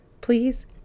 Please